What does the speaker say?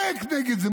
זועקים נגד זה.